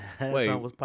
Wait